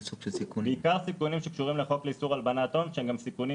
בעיקר סיכונים שקשורים לחוק לאיסור הלבנת הון שגם סיכונים